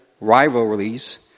rivalries